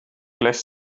lässt